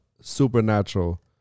supernatural